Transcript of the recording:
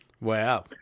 Wow